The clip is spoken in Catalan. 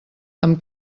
amb